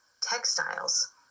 textiles